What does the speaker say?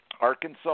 Arkansas